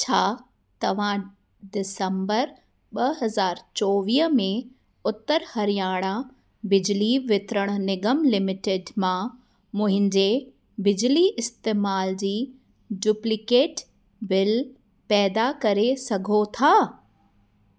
छा तव्हां डिसम्बर ॿ हज़ार चोवीह में उत्तर हरियाणा बिजली वितरण निगम लिमिटेड मां मुहिंजे बिजली इस्तेमाल जी डुप्लीकेट बिल पैदा करे सघो था